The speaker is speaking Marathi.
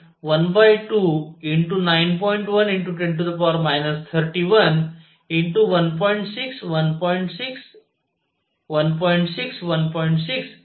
चला पटकन याची किंमत मोजुया